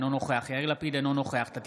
אינו נוכח יאיר לפיד,